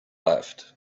left